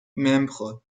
membres